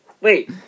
wait